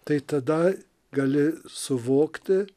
tai tada gali suvokti